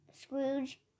Scrooge